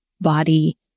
body